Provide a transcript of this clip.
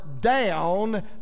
down